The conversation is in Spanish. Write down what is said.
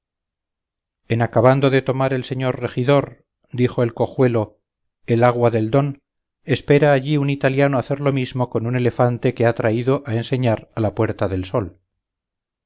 en acabando de tomar el señor regidor dijo el cojuelo el agua del don espera allí un italiano hacer lo mismo con un elefante que ha traído a enseñar a la puerta del sol